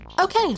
Okay